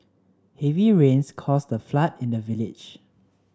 heavy rains caused a flood in the village